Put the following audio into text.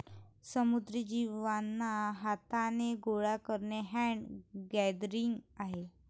समुद्री जीवांना हाथाने गोडा करणे हैंड गैदरिंग आहे